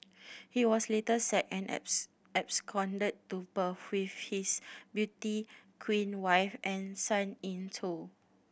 he was later sacked and absconded to Perth with his beauty queen wife and son in tow